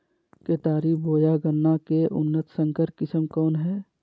केतारी बोया गन्ना के उन्नत संकर किस्म कौन है?